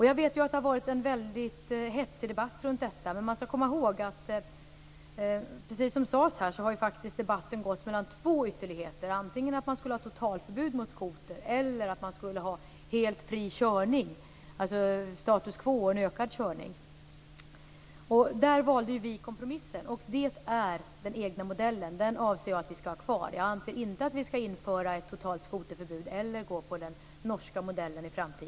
Jag vet att det har varit en hetsig debatt om detta. Men precis som sagts här har debatten handlat om två ytterligheter. Antingen skall det vara totalförbud för skoter eller också skall det vara helt fri körning, alltså status quo och en ökad körning. Där valde vi en kompromiss, dvs. den egna modellen, som jag anser att vi skall ha kvar. Jag anser inte att vi i framtiden skall införa ett totalt skoterförbud eller välja den norska modellen.